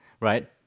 right